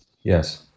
Yes